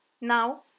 Now